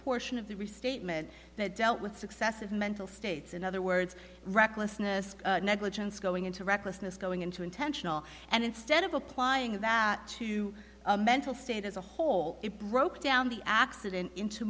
portion of the restatement that dealt with successive mental states in other words recklessness negligence going into recklessness going into intentional and instead of applying that to a mental state as a whole it broke down the accident into